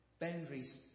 boundaries